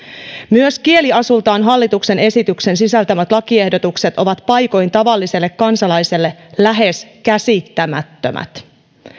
myös kieliasultaan hallituksen esityksen sisältämät lakiehdotukset ovat paikoin tavalliselle kansalaiselle lähes käsittämättömät